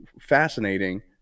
fascinating